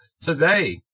today